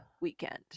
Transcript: weekend